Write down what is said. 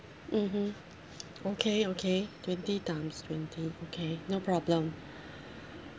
mmhmm okay okay twenty times twenty okay no problem